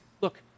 look